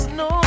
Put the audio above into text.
no